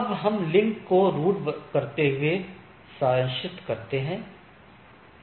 अब हम इस लिंक को रूट करते हुए सारांशित करते हैं